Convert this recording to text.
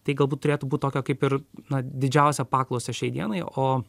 tai galbūt turėtų būt tokia kaip ir na didžiausią paklausą šiai dienai o